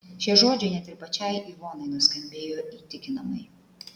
šie žodžiai net ir pačiai ivonai nuskambėjo įtikinamai